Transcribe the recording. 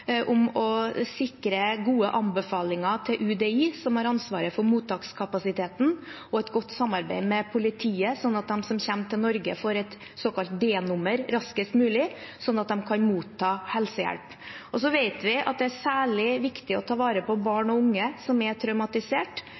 om å sikre gode anbefalinger til UDI, som har ansvaret for mottakskapasiteten, og et godt samarbeid med politiet, sånn at de som kommer til Norge, får et såkalt d-nummer raskest mulig, sånn at de kan motta helsehjelp. Så vet vi at det er særlig viktig å ta vare på barn og unge som er traumatisert,